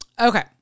Okay